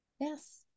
Yes